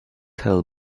tell